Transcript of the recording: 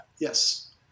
Yes